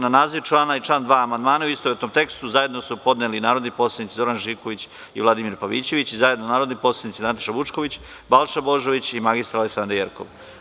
Na naziv člana i član 2. amandmane u istovetnom tekstu zajedno su podneli narodni poslanici Zoran Živković i Vladimir Pavićević i zajedno narodni poslanici Nataša Vučković, Balša Božović i mr Aleksandra Jerkov.